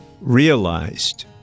realized